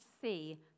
see